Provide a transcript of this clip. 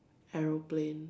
aeroplane